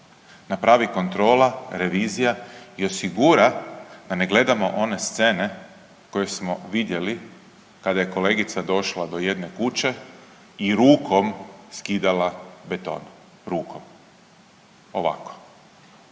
napravi kontrola, revizija i osigura da ne gledamo one scene koje smo vidjeli kada je kolegica došla do jedne kuće i rukom skidala beton, rukom. Ovako